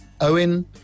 Owen